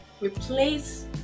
Replace